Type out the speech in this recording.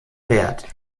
wert